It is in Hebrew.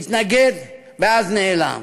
מתנגד, ואז נעלם.